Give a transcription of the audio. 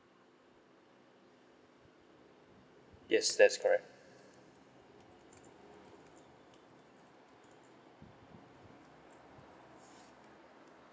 yes that's correct